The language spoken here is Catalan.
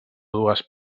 dues